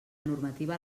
normativa